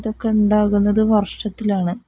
ഇതൊക്കെയുണ്ടാകുന്നത് വർഷത്തിലാണ്